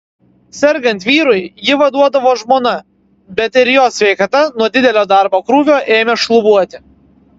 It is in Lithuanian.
sergant vyrui jį vaduodavo žmona bet ir jos sveikata nuo didelio darbo krūvio ėmė šlubuoti